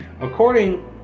according